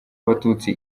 abatutsi